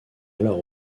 alors